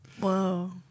Whoa